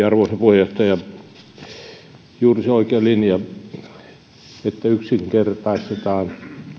arvoisa puheenjohtaja juuri se linja että yksinkertaistetaan